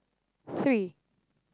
three